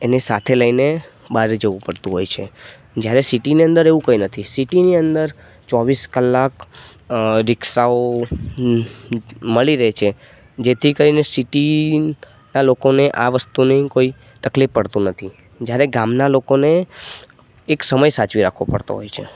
એને સાથે લઈને બહાર જવું પડતું હોય છે જ્યારે સિટિની અંદર એવું કંઈ નથી સિટિની અંદર ચોવીસ કલાક રિક્ષાઓ મળી રહે છે જેથી કરીને સિટિના લોકોને આ વસ્તુને કોઈ તકલીફ પડતું નથી જ્યારે ગામના લોકોને એક સમય સાચવી રાખવો પડતો હોય છે